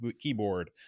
keyboard